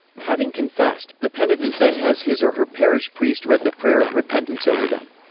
having confessed, the penitent then has his or her parish priest read the prayer of repentance over them.